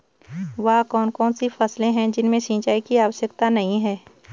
वह कौन कौन सी फसलें हैं जिनमें सिंचाई की आवश्यकता नहीं है?